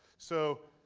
so,